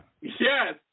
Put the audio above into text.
Yes